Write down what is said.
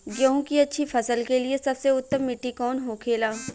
गेहूँ की अच्छी फसल के लिए सबसे उत्तम मिट्टी कौन होखे ला?